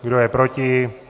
Kdo je proti?